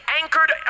anchored